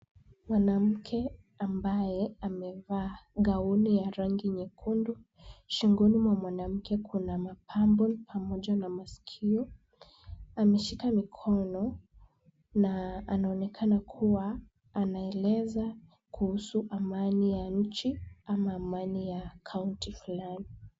Mwanamke ambaye amevaa gauni ya rangi nyekundu. Shingoni mwa mwanamke kuna mapambo pamoja na masikio. Ameshika mikono na anaonekana kuwa anaeleza kuhusu amani ya nchi ama amani ya kaunti fulani.